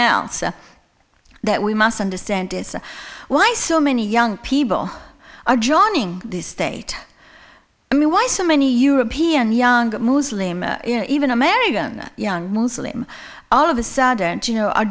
else that we must understand is why so many young people are joining this state i mean why so many european young muslim or even american young muslim all of a sudden you know